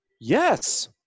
Yes